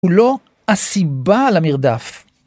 הוא לא הסיבה למרדף.